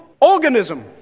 organism